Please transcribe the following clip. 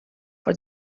for